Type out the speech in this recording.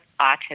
autism